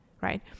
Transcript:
right